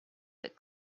that